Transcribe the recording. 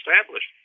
established